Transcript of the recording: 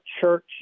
church